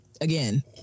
again